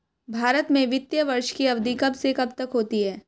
भारत में वित्तीय वर्ष की अवधि कब से कब तक होती है?